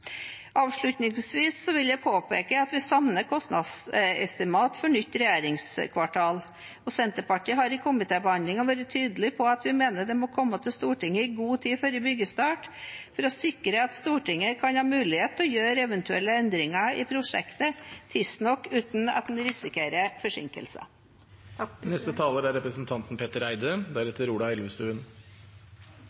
Avslutningsvis vil jeg påpeke at vi savner et kostnadsestimat for nytt regjeringskvartal. Senterpartiet har i komitébehandlingen vært tydelige på at vi mener det må komme til Stortinget i god tid før byggestart for å sikre at Stortinget kan ha mulighet til å gjøre eventuelle endringer i prosjektet tidsnok til at en ikke risikerer forsinkelser. Aller først: Jeg er